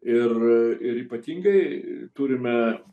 ir ir ypatingai turime